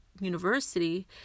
university